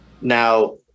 now